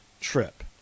trip